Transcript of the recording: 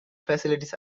facilities